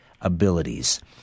Abilities